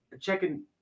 checking